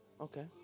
Okay